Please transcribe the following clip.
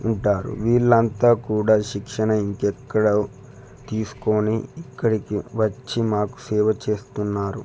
ఉంటారు వీళ్ళంతా కూడా శిక్షణ ఇంకెక్కడో తీసుకొని ఇక్కడికి వచ్చి మాకు సేవ చేస్తున్నారు